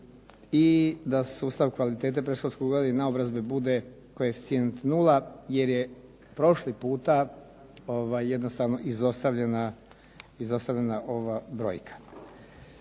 i da sustav kvalitete predškolskog odgoja i naobrazbe bude koeficijent nula jer je prošli puta jednostavno izostavljena ova brojka.